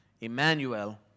Emmanuel